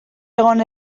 egon